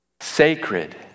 sacred